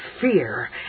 fear